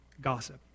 gossip